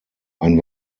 ein